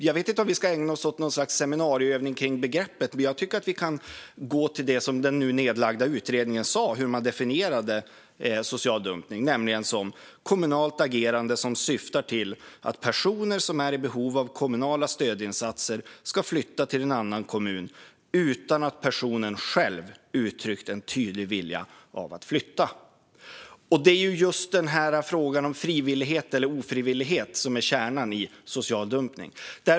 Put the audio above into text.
Jag vet inte om vi ska ägna oss åt någon sorts seminarieövning om begreppet, men vi kan gå till det som den nu nedlagda utredningen sa om hur man definierade social dumpning: som kommunalt agerande som syftar till att personer som är i behov av kommunala stödinsatser ska flytta till en annan kommun utan att personen själv uttryckt en tydlig vilja att flytta. Det är just frågan om frivillighet eller ofrivillighet som är kärnan i social dumpning.